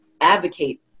advocate